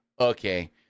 okay